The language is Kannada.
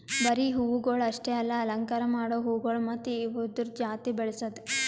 ಬರೀ ಹೂವುಗೊಳ್ ಅಷ್ಟೆ ಅಲ್ಲಾ ಅಲಂಕಾರ ಮಾಡೋ ಹೂಗೊಳ್ ಮತ್ತ ಅವ್ದುರದ್ ಜಾತಿ ಬೆಳಸದ್